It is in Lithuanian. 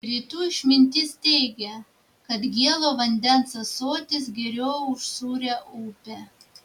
rytų išmintis teigia kad gėlo vandens ąsotis geriau už sūrią upę